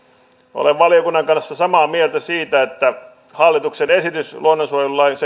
olen valiokunnan kanssa samaa mieltä siitä että hallituksen esitys luonnonsuojelulain